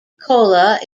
cola